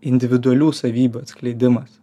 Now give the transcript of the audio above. individualių savybių atskleidimas